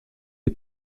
est